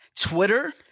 Twitter